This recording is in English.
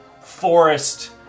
forest